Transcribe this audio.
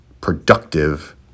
productive